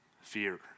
fear